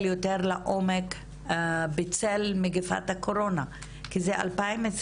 יותר לעומק בצל מגפת הקורונה כי זה 2021,